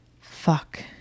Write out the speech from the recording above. Fuck